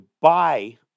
buy